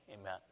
amen